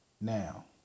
Now